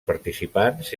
participants